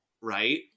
right